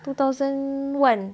two thousand one